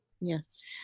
Yes